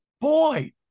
Boy